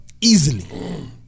Easily